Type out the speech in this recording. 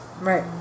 Right